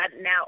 now